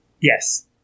Yes